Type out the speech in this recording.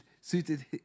suited